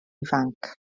ifanc